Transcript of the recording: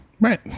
Right